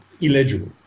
illegible